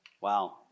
wow